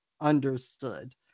understood